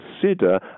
consider